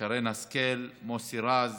שרן השכל, מוסי רז,